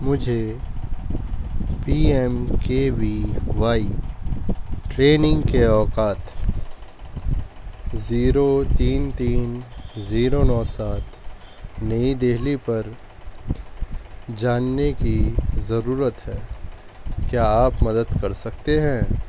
مجھے P M K V Y training کے اوقات زیرو تین تین زیرو ںو سات نئی دہلی پر جاننے کی ضرورت ہے کیا آپ مدد کر سکتے ہیں